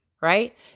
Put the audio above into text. Right